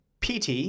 PT